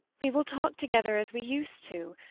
we will talk together as we used to.